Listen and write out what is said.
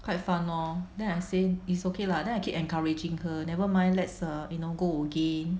quite fun lor then I say is okay lah then I keep encouraging her never mind let's err you know go again